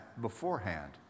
beforehand